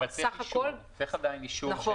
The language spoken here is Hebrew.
כלומר, בסך הכול --- צריך עדיין אישור.